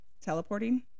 teleporting